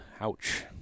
ouch